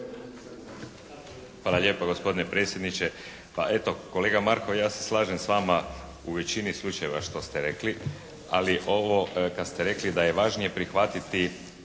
Hvala lijepo gospodine predsjedniče. Pa eto kolega Markov ja se slažem s vama u većini slučajeva što ste rekli ali ovo kad ste rekli da je važnije prihvatiti